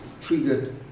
triggered